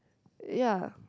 ya